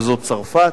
וזו צרפת,